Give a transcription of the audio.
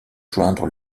joindre